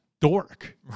dork